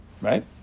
right